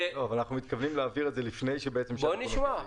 אנחנו מתכוונים להעביר את זה לפני שנגיע ליישום.